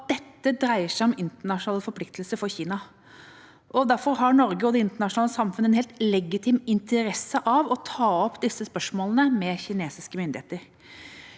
dette dreier seg om internasjonale forpliktelser for Kina. Derfor har Norge og det internasjonale samfunnet en helt legitim interesse av å ta opp disse spørsmålene med kinesiske myndigheter.